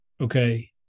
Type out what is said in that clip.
okay